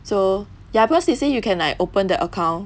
so ya because they say you can like open the account